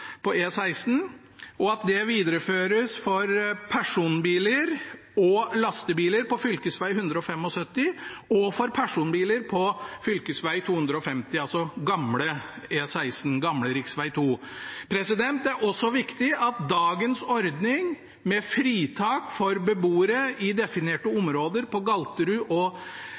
og at det videreføres for personbiler og lastebiler på fv. 175 og for personbiler på fv. 250, altså gamle E16, gamle rv. Det er også viktig at dagens ordning med fritak for beboere i definerte områder på Galterud